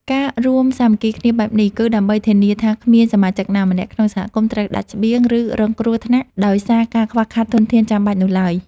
ការរួមសាមគ្គីគ្នាបែបនេះ គឺដើម្បីធានាថាគ្មានសមាជិកណាម្នាក់ក្នុងសហគមន៍ត្រូវដាច់ស្បៀង ឬរងគ្រោះថ្នាក់ដោយសារការខ្វះខាតធនធានចាំបាច់នោះឡើយ។